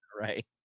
right